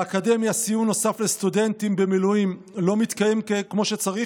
באקדמיה סיוע נוסף לסטודנטים במילואים לא מתקיים כמו שצריך,